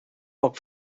poc